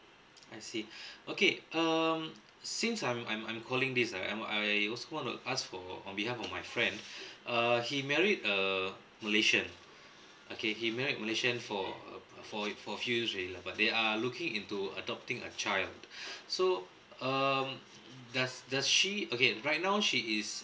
I see okay um since I'm I'm I'm calling this ah um I also want to ask for on behalf of my friend err he married a malaysian okay he married malaysian for a a for for few years already lah but they are looking into adopting a child so um does does she okay right now she is